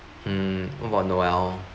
mm what about noel